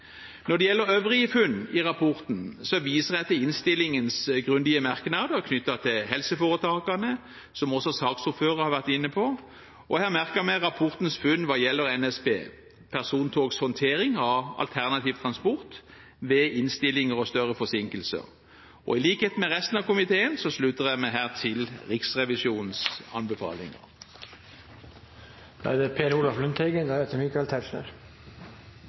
gjelder øvrige funn i rapporten, viser jeg til innstillingens grundige merknader knyttet til helseforetakene, som også saksordføreren har vært inne på, og jeg har merket meg rapportens funn hva gjelder NSB Persontogs håndtering av alternativ transport ved innstillinger og større forsinkelser. I likhet med resten av komiteen slutter jeg meg her til Riksrevisjonens anbefalinger.